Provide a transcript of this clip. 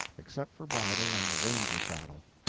except for bridle and ranger-saddle.